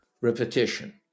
repetition